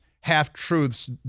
half-truths